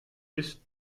ist